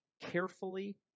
carefully